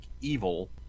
evil